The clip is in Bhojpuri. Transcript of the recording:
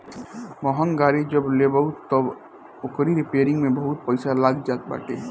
महंग गाड़ी जब लेबअ तअ ओकरी रिपेरिंग में बहुते पईसा लाग जात बाटे